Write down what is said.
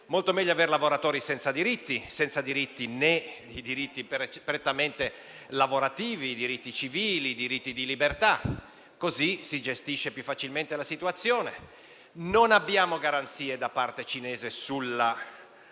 molto meglio avere lavoratori senza diritti, né quelli prettamente lavorativi, né quelli civili e di libertà; così si gestisce più facilmente la situazione. Non abbiamo garanzie da parte cinese sulla